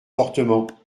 fortement